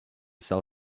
sell